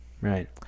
Right